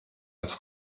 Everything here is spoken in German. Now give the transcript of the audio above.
als